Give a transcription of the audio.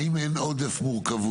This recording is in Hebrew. השאלה היא האם אין עוד איזו מורכבות?